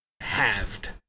halved